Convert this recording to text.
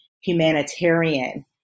humanitarian